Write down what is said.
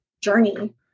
journey